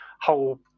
whole